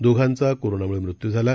दोघांचाकरोनामुळेमृत्यूझाला